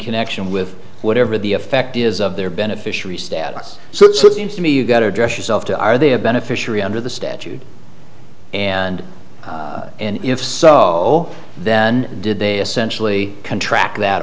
connection with whatever the effect is of their beneficiary status so it seems to me you've got to address yourself to are they a beneficiary under the statute and if so then did they essentially contract that